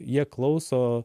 jie klauso